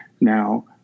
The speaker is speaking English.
now